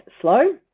slow